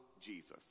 Jesus